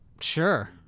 Sure